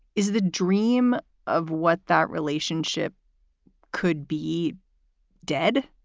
is the dream of what that relationship could be dead?